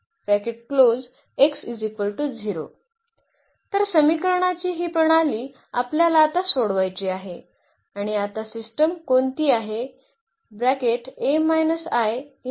तर समीकरणाची ही प्रणाली आपल्याला आता सोडवायची आहे आणि आता सिस्टिम कोणती आहे